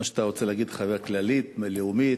מה שאתה רוצה להגיד, חבר "כללית", "לאומית",